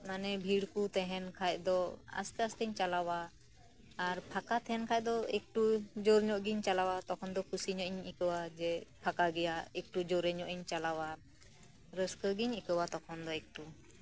ᱢᱟᱱᱮ ᱵᱷᱤᱲ ᱠᱚ ᱛᱟᱦᱮᱸᱱ ᱠᱷᱟᱡ ᱫᱚ ᱟᱥᱛᱮ ᱟᱥᱛᱮᱧ ᱪᱟᱞᱟᱣᱟ ᱟᱨ ᱯᱷᱟᱠᱟ ᱛᱟᱦᱮᱸᱱ ᱠᱷᱟᱡ ᱫᱚ ᱮᱠᱴᱩ ᱡᱳᱨ ᱧᱚᱜ ᱜᱮᱧ ᱪᱟᱞᱟᱣᱟ ᱛᱚᱠᱷᱚᱱ ᱫᱚ ᱠᱩᱥᱤ ᱧᱚᱜ ᱤᱧ ᱟᱹᱭᱠᱟᱹᱣᱟ ᱡᱮ ᱯᱷᱟᱸᱠᱟ ᱜᱮᱭᱟ ᱮᱠᱴᱩ ᱡᱳᱨᱮ ᱧᱚᱜ ᱤᱧ ᱪᱟᱞᱟᱣᱟ ᱨᱟᱹᱥᱠᱟᱹ ᱜᱮᱧ ᱟᱹᱭᱠᱟᱹᱣᱟ ᱛᱚᱠᱷᱚᱱ ᱫᱚ ᱮᱠᱴᱩ